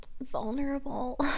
vulnerable